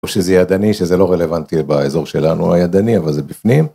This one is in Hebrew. או שזה ידני, שזה לא רלוונטי באזור שלנו הידני, אבל זה בפנים.